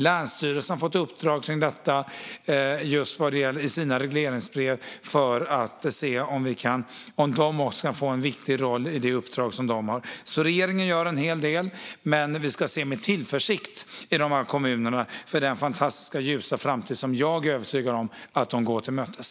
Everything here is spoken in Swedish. Länsstyrelsen har fått uppdrag kring detta i sina regleringsbrev för att se om också den kan få en viktig roll i detta. Regeringen gör alltså en hel del. Men vi ska se med tillförsikt på de här kommunerna för den fantastiska, ljusa framtid som jag är övertygad om att de går till mötes.